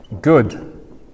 Good